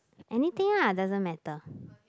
anything ah doesn't matter